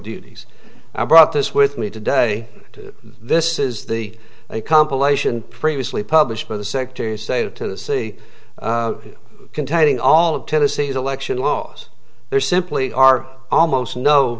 duties i brought this with me today to this is the a compilation previously published by the secretary of state of tennessee containing all of tennessee's election laws there simply are almost no